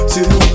Two